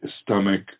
stomach